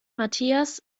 matthias